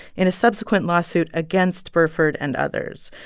in a subsequent lawsuit against burford and others.